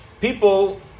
People